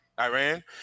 Iran